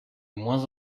moins